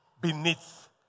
beneath